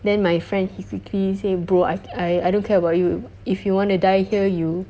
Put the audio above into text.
then my friend basically said bro I I I don't care about you if if you want to die here you